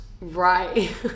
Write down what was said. Right